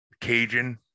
Cajun